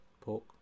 pork